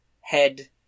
head